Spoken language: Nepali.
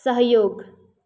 सहयोग